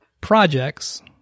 projects